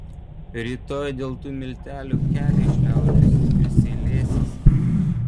rytoj dėl tų miltelių keliais šliaužiosi ir seilėsiesi